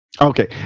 Okay